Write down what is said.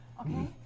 Okay